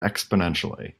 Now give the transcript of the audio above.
exponentially